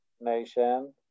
nation